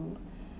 to